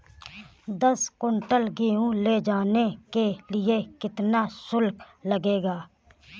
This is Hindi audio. दस कुंटल गेहूँ ले जाने के लिए कितना शुल्क लगेगा?